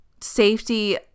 safety